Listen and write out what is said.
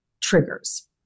triggers